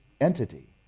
entity